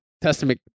Testament